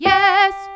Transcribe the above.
Yes